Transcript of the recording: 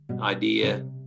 idea